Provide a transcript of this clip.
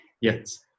Yes